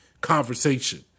conversation